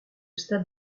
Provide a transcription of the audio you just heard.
stade